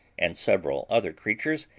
and several other creatures,